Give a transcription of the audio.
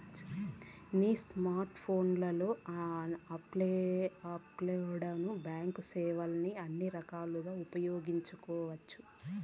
నీ స్కోర్ట్ ఫోన్లలో ఆన్లైన్లోనే బాంక్ సేవల్ని అన్ని రకాలుగా ఉపయోగించవచ్చు